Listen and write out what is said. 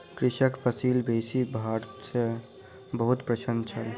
कृषक फसिल बेसी भार सॅ बहुत प्रसन्न छल